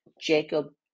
Jacob